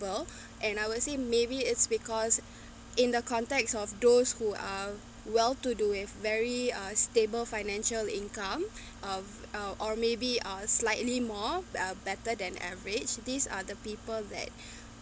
well and I would say maybe it's because in the context of those who are well to do with very uh stable financial income of uh or maybe are slightly more uh better than average these are the people that